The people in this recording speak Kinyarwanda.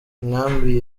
inkambi